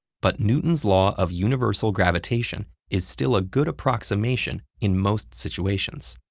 but newton's law of universal gravitation is still a good approximation in most situations.